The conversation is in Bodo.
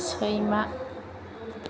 सैमा